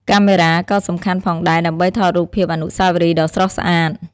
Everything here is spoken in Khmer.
កាមេរ៉ា ក៏សំខាន់ផងដែរដើម្បីថតរូបភាពអនុស្សាវរីយ៍ដ៏ស្រស់ស្អាត។